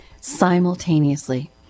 simultaneously